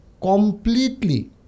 completely